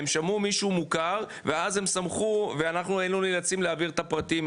הם שמעו מישהו מוכר ואז הם סמכו ואנחנו היינו נאלצים להעביר את הפרטים,